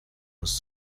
was